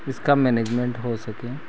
इसका मैनेजमेंट हो सके